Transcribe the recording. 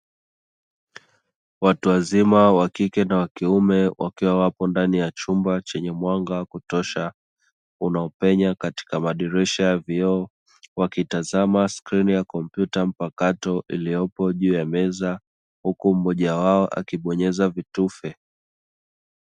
Watu wazima wa kike na wa kuime wakiwa wapo ndani ya chumba chenye mwanga wa kutosha unaopenya katika madirisha ya vioo. Wakitazama skrini ya kompyuta mpakato iliyopo juu ya meza huku mmoja wao akibonyeza vitufe.